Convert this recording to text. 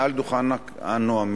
מעל הדוכן הנואמים,